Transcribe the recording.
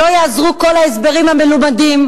לא יעזרו כל ההסברים המלומדים,